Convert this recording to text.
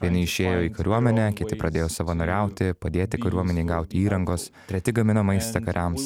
vieni išėjo į kariuomenę kiti pradėjo savanoriauti padėti kariuomenei gauti įrangos treti gamino maistą kariams